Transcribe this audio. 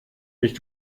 mich